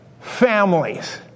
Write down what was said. families